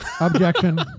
Objection